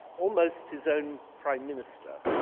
almost his own prime minister.